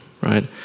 right